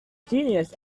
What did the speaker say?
genius